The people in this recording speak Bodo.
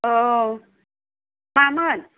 औ मामोन